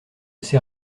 sait